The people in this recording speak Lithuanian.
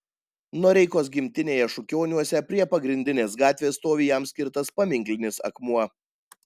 noreikos gimtinėje šukioniuose prie pagrindinės gatvės stovi jam skirtas paminklinis akmuo